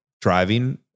driving